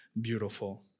beautiful